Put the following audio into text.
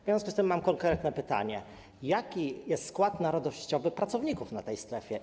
W związku z tym mam konkretne pytanie: Jaki jest skład narodowościowy pracowników w tej strefie?